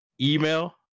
Email